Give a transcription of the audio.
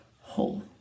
whole